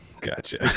Gotcha